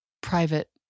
private